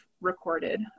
recorded